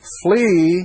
flee